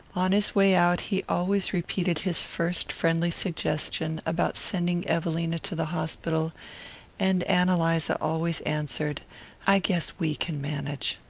on his way out he always repeated his first friendly suggestion about sending evelina to the hospital and ann eliza always answered i guess we can manage.